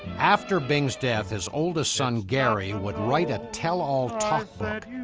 after bing's death, his oldest son, gary, would write a tell-all talk but